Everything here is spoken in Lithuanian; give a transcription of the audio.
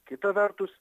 kita vertus